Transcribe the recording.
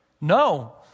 No